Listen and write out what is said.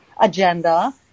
agenda